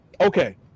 okay